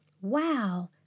Wow